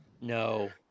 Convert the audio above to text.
No